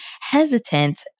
hesitant